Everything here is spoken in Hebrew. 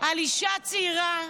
על אישה צעירה,